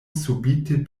subite